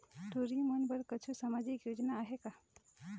टूरी बन बर कछु सामाजिक योजना आहे का?